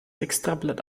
extrablatt